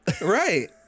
Right